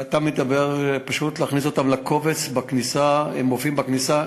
אתה מדבר על פשוט להכניס אותם לקובץ בכניסה הם מופיעים בכניסה,